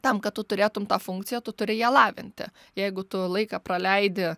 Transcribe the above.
tam kad tu turėtum tą funkciją tu turi ją lavinti jeigu tu laiką praleidi